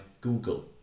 Google